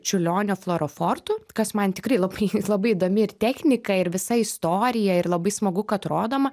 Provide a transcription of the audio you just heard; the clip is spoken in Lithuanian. čiurlionio florofortų kas man tikrai labai labai įdomi ir techniką ir visa istorija ir labai smagu kad rodoma